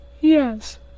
Yes